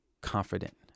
confident